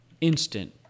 instant